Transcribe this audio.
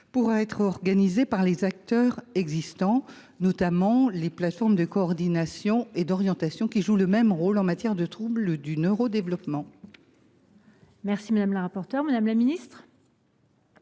pourra être organisé par les acteurs existants, notamment les plateformes de coordination et d’orientation, qui jouent le même rôle en matière de troubles du neuro développement. Quel est l’avis du Gouvernement